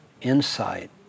insight